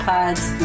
Pods